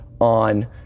on